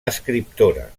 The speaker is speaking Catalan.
escriptora